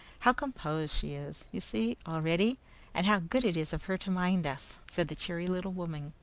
how composed she is, you see, already and how good it is of her to mind us, said the cheery little woman,